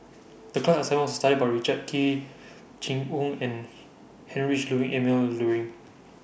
The class assignment was to study about Richard Kee Jing Hong and Heinrich Ludwig Emil Luering